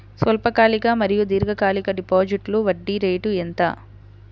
స్వల్పకాలిక మరియు దీర్ఘకాలిక డిపోజిట్స్లో వడ్డీ రేటు ఎంత?